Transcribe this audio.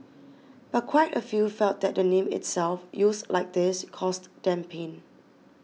but quite a few felt that the name itself used like this caused them pain